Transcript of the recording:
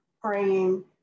praying